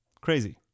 Crazy